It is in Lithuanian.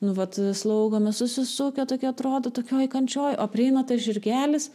nu vat slaugomi susisukę tokie atrodo tokioj kančioj o prieina tas žirgelis